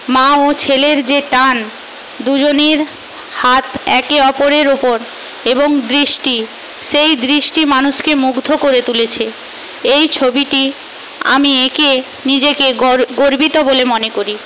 মা ও ছেলের যে টান দুজনের হাত একে ওপরের ওপর এবং দৃষ্টি সেই দৃষ্টি মানুষকে মুগ্ধ করে তুলেছে এই ছবিটি আমি এঁকে নিজেকে গর্বিত বলে মনে করি